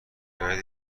باید